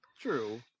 True